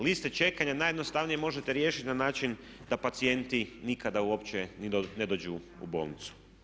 Liste čekanja najjednostavnije možete riješiti na način da pacijenti nikada uopće ne dođu u bolnicu.